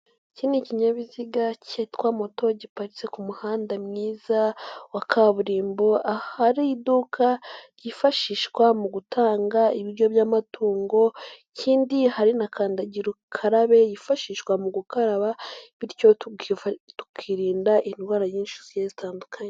Iki ni kinyabiziga kitwa moto giparitse ku muhanda mwiza wa kaburimbo, ahari iduka ryifashishwa mu gutanga ibiryo by'amatungo ikindi hari na kandagira ukarabe yifashishwa mu gukaraba bityo tukirinda indwara nyinshi zigiye zitandukanye.